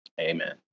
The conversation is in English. Amen